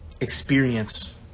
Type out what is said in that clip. experience